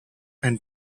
and